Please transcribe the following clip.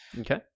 Okay